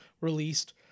released